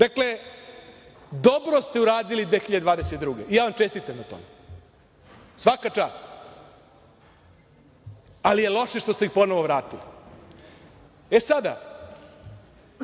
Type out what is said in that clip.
dobro ste uradili 2022. godine i ja vam čestitam na tome. Svaka čast. Ali je loše što ste ih ponovo vratili. E, sada